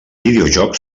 videojoc